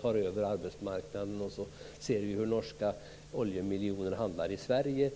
tar över arbetsmarknaden i Norge och ser att norska oljemiljoner hamnar i Sverige.